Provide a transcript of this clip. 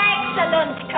Excellent